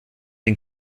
den